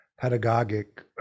pedagogic